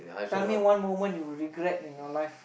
tell me one moment you regret in your life